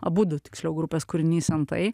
abudu tiksliau grupės kūrinys entai